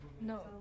No